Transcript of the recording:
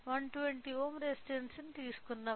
120 ohm resistance తీసుకుందాం